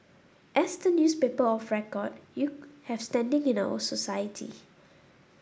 as the newspaper of record you have standing in our society